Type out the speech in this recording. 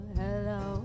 hello